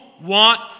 want